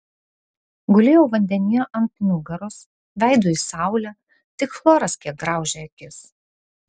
gulėjau vandenyje ant nugaros veidu į saulę tik chloras kiek graužė akis